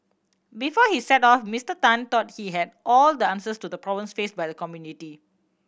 before he set off Mister Tan thought he had all the answers to the problems faced by the community